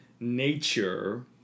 Nature